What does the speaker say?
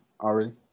already